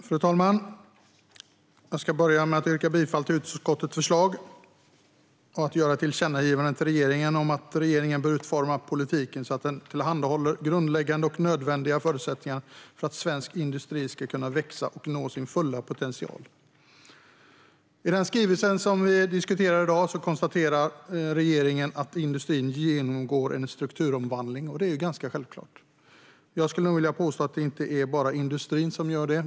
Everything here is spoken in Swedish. Fru talman! Jag börjar med att yrka bifall till utskottets förslag och att göra ett tillkännagivande till regeringen om att regeringen bör utforma politiken så att den tillhandahåller grundläggande och nödvändiga förutsättningar för att svensk industri ska kunna växa och nå sin fulla potential. I den skrivelse som vi diskuterar i dag konstaterar regeringen att industrin genomgår en strukturomvandling, och det är ganska självklart. Jag skulle vilja påstå att det inte bara är industrin som gör det.